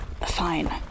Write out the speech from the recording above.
Fine